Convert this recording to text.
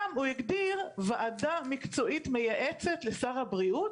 גם הוא הגדיר ועדה מקצועית מייעצת לשר הבריאות,